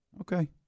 Okay